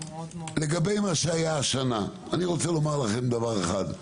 לגבי מה שהיה השנה אני רוצה לומר לכם דבר אחד: